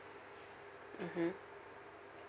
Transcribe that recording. mmhmm